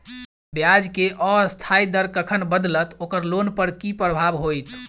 ब्याज केँ अस्थायी दर कखन बदलत ओकर लोन पर की प्रभाव होइत?